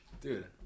dude